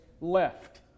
left